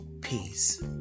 peace